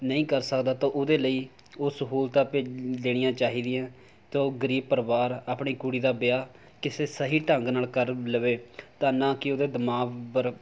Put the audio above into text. ਨਹੀਂ ਕਰ ਸਕਦਾ ਤਾਂ ਉਹਦੇ ਲਈ ਉਹ ਸਹੂਲਤਾਂ ਭੇਜ ਦੇਣੀਆਂ ਚਾਹੀਦੀਆਂ ਤਾਂ ਉਹ ਗਰੀਬ ਪਰਿਵਾਰ ਆਪਣੀ ਕੁੜੀ ਦਾ ਵਿਆਹ ਕਿਸੇ ਸਹੀ ਢੰਗ ਨਾਲ ਕਰ ਲਵੇ ਤਾਂ ਨਾ ਕਿ ਉਹਦੇ ਦਿਮਾਗ ਪਰ